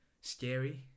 scary